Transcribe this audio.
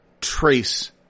trace